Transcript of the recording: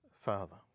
Father